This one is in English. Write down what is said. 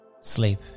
sleep